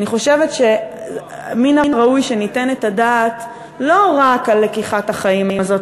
אני חושבת שמן הראוי שניתן את הדעת לא רק על לקיחת החיים הזאת,